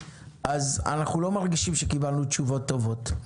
אנו לא חושבים שקיבלנו תשובות טובות.